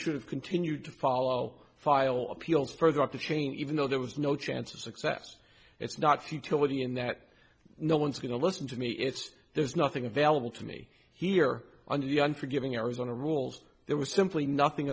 should have continued to follow file appeals further up the chain even though there was no chance of success it's not futility in that no one's going to listen to me it's there's nothing available to me here on the unforgiven arizona rules there was simply nothing